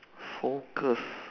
focus